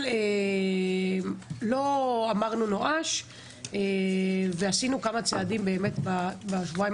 לא אמרנו נואש ועשינו כמה צעדים בשבועיים